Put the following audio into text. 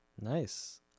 Nice